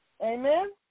Amen